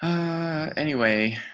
anyway,